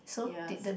ya